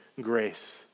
grace